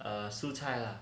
err 蔬菜啦